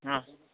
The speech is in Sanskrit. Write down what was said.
हा